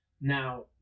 now